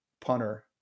punter